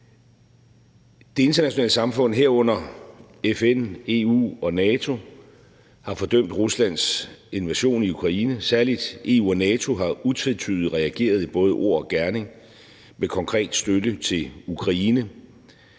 Det internationale samfund, herunder FN, EU og NATO, har fordømt Ruslands invasion i Ukraine; særlig EU og NATO har utvetydigt reageret i både ord og gerning med konkret støtte til Ukraine.